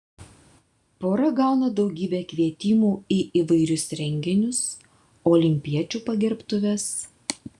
pora gauna daugybę kvietimų į įvairius renginius olimpiečių pagerbtuves